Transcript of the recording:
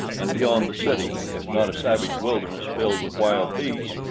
and beyond the city, if not a savage wilderness filled with wild beasts,